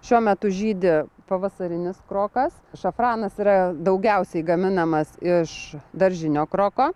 šiuo metu žydi pavasarinis krokas šafranas yra daugiausiai gaminamas iš daržinio kroko